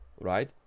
right